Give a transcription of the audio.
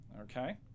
Okay